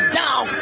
down